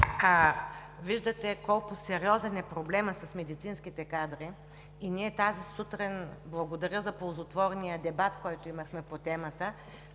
виждате колко сериозен е проблемът с медицинските кадри. И тази сутрин, благодаря за ползотворния дебат, който имахме по темата,